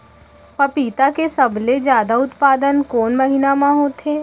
पपीता के सबले जादा उत्पादन कोन महीना में होथे?